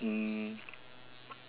mm